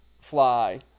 fly